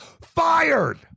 fired